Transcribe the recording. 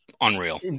unreal